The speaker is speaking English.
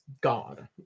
god